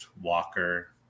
Walker